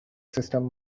system